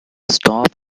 stop